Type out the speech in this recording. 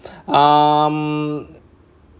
um